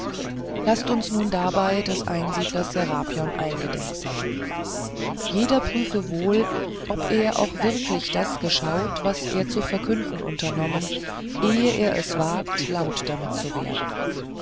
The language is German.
laßt uns nun dabei des einsiedlers serapion eingedenk sein jeder prüfe wohl ob er auch wirklich das geschaut was er zu verkünden unternommen ehe er es wagt laut damit zu werden